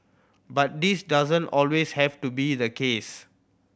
but this doesn't always have to be the case